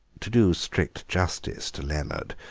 to do strict justice to leonard,